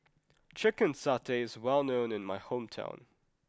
Chicken Satay is well known in my hometown